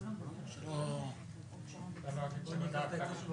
גופי אחריות שדווקא --- אז מה אתה עושה ככלל לכולם?